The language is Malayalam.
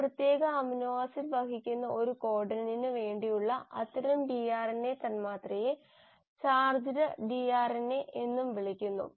ഒരു പ്രത്യേക അമിനോ ആസിഡ് വഹിക്കുന്ന ഒരു കോഡണിന് വേണ്ടിയുള്ള അത്തരം ടിആർഎൻഎ തന്മാത്രയെ ചാർജ്ഡ് ടിആർഎൻഎ എന്നും വിളിക്കുന്നു